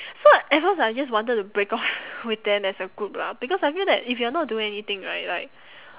so at first I just wanted to break off with them as a group lah because I feel that if you're not doing anything right like